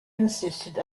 consisted